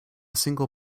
single